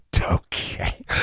okay